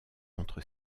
entre